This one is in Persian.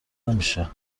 نمیشه